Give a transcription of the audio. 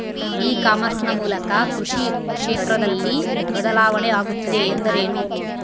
E commerce ನ ಮೂಲಕ ಕೃಷಿ ಕ್ಷೇತ್ರದಲ್ಲಿ ಬದಲಾವಣೆ ಆಗುತ್ತಿದೆ ಎಂದರೆ ಏನು?